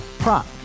Prop